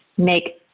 make